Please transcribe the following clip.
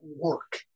work